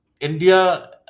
India